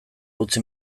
utzi